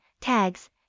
tags